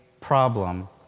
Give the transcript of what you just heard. problem